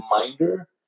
reminder